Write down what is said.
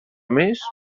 més